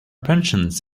pensions